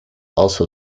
also